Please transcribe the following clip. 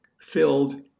filled